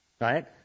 right